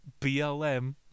BLM